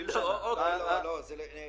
זה חד-משמעית בוודאי לגיטימי לאור הירידה בהכנסות.